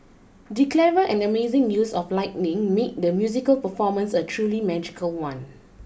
the clever and amazing use of lighting made the musical performance a truly magical one